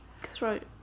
throat